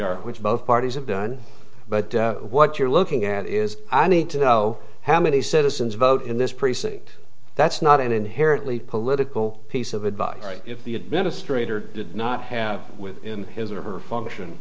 are which both parties have done but what you're looking at is i need to know how many citizens vote in this precinct that's not an inherently political piece of advice if the administrator did not have within his or her function